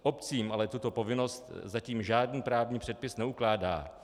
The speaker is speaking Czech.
Obcím ale tuto povinnost zatím žádný právní předpis neukládá.